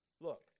Look